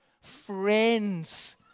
friends